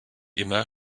immer